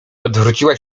odwróciła